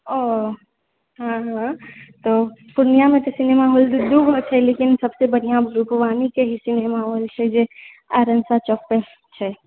ओ तऽ पूर्णियामे तऽ सिनेमा हॉल दू दूगो छै लेकिन सबसे बढ़िया रूपवाणीके ही सिनेमा हॉल छै जे चौक पर छै